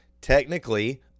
technically